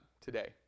today